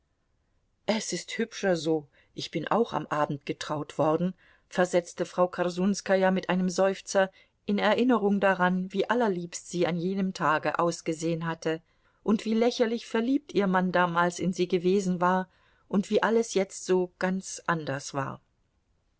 es ist hübscher so ich bin auch am abend getraut worden versetzte frau korsunskaja mit einem seufzer in erinnerung daran wie allerliebst sie an jenem tage ausgesehen hatte und wie lächerlich verliebt ihr mann damals in sie gewesen war und wie alles jetzt so ganz anders war